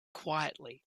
quietly